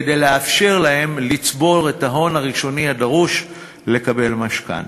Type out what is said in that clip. כדי לאפשר להם לצבור את ההון הראשוני הדרוש לקבלת משכנתה.